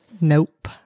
Nope